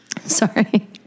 Sorry